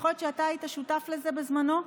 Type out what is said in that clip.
יכול שאתה היית שותף לזה בזמנו,